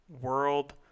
world